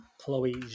Chloe